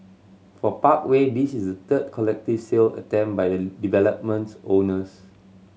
for Parkway this is third collective sale attempt by the development's owners